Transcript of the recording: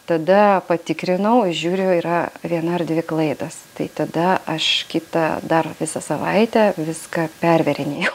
tada patikrinau ir žiūriu yra viena ar dvi klaidos tai tada aš kitą dar visą savaitę viską pervėrinėjau